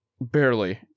Barely